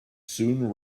soon